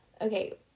Okay